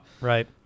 Right